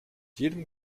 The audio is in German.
jedem